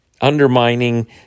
undermining